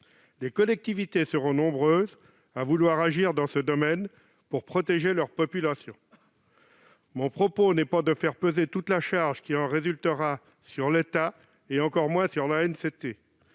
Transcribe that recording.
Les collectivités seront nombreuses à vouloir agir dans ce domaine, pour protéger leur population. Mon propos n'est pas de faire peser toute la charge qui en résultera sur l'État, et encore moins sur l'ANCT,